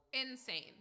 insane